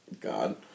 God